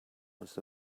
was